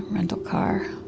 rental car,